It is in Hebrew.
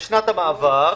לשנת המעבר,